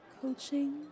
coaching